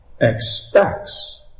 expects